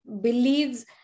believes